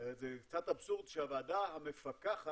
זה קצת אבסורד שהוועדה המפקחת